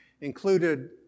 included